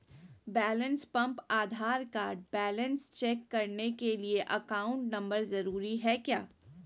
Balance pump Aadhaar card balance check करने के लिए अकाउंट नंबर जरूरी है क्या?